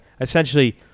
essentially